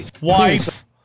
wife